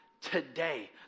today